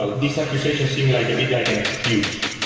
ah these accusations seem like a bit like an excuse.